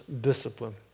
discipline